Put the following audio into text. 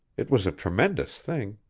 it was a tremendous thing!